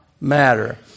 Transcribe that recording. matter